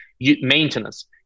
Maintenance